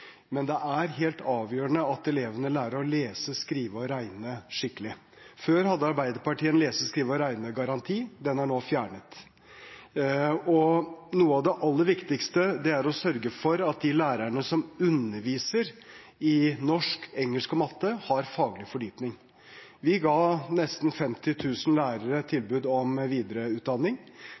men det er helt avgjørende at elevene lærer å lese, skrive og regne skikkelig. Før hadde Arbeiderpartiet en lese-, skrive- og regnegaranti. Den er nå fjernet. Noe av det aller viktigste er å sørge for at de lærerne som underviser i norsk, engelsk og matte, har faglig fordypning. Vi ga nesten 50 000 lærere tilbud om videreutdanning.